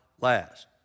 last